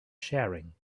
sharing